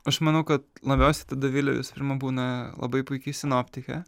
aš manau kad labiausiai tai dovilė visų prima būna labai puiki sinoptikė